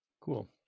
Cool